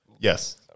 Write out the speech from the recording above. Yes